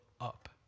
up